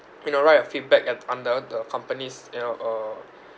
you know write a feedback at under the company's you know uh